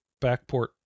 backport